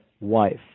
wife